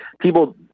people